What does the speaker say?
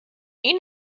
این